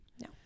No